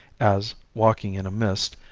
as, walking in a mist,